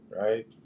right